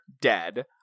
dead